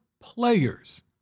players